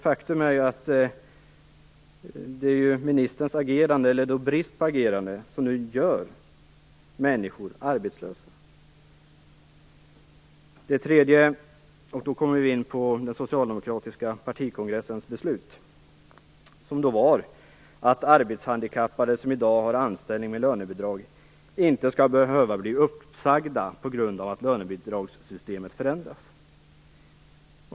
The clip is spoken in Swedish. Faktum är att det är ministerns brist på agerande som nu gör människor arbetslösa. Nu kommer vi in på den socialdemokratiska partikongressens beslut, som innebär att arbetshandikappade som i dag har anställning med lönebidrag inte skall behöva bli uppsagda på grund av att lönebidragssystemet förändras.